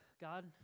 God